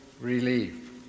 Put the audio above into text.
relief